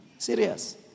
Serious